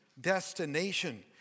destination